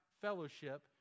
fellowship